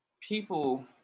people